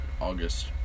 August